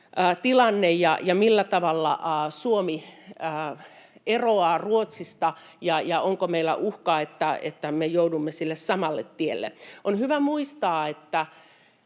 tilanne ja millä tavalla Suomi eroaa Ruotsista ja onko meillä uhkaa, että me joudumme samalle tielle. On hyvä muistaa, että